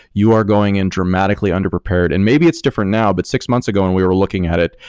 you are going in dramatically underprepared and maybe it's different now, but six months ago when we were looking at it,